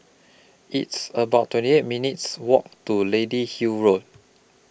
It's about twenty eight minutes' Walk to Lady Hill Road